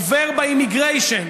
עובר ב-immigration.